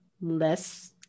less